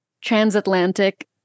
transatlantic